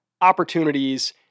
opportunities